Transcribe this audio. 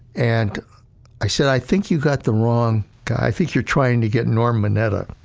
and i said, i think you've got the wrong guy. i think you're trying to get norm mineta.